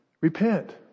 repent